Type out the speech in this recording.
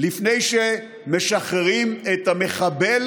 לפני שמשחררים את המחבל